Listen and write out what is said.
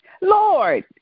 Lord